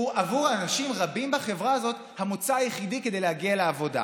הוא בעבור אנשים רבים בחברה הזאת המוצא היחידי כדי להגיע לעבודה.